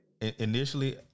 Initially